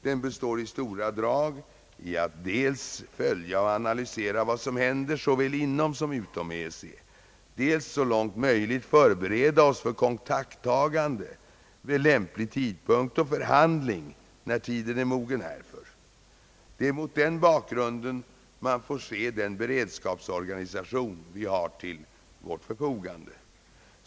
Den består i stora drag i att dels följa och analysera vad som händer såväl inom som utom EEC, dels så långt möjligt förbereda oss för kontakttagande vid lämplig tidpunkt och förhandling när tiden är mogen härför. Det är mot den bakgrunden man får se den beredskapsorganisation vi har till vårt förfogande.